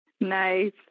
Nice